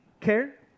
care